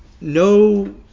no